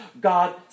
God